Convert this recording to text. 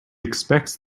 expects